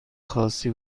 خاصی